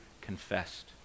confessed